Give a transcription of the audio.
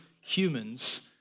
humans